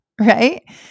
right